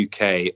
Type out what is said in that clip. UK